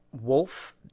wolf